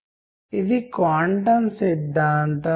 రాబోయే 30 నిమిషాల్లో మనం ఈ క్రింది విషయాలను పరిశీలిద్దాం